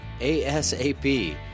ASAP